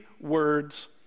words